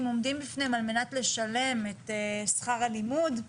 עומדים בפניהם על מנת לשלם את שכר הלימוד,